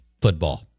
football